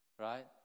Right